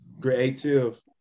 creative